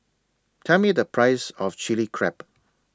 Tell Me The Price of Chilli Crab